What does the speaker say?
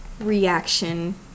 reaction